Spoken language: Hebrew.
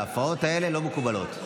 ההפרעות האלה לא מקובלות.